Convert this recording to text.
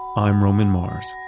i'm roman mars